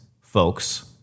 folks